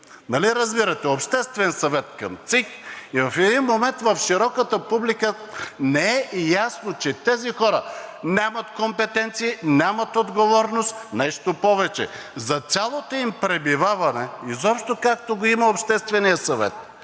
Нали разбирате – Обществен съвет към ЦИК, и в един момент в широката публика не е ясно, че тези хора нямат компетенции, нямат отговорност. Нещо повече, за цялото им пребиваване, изобщо откакто го има Общественият съвет!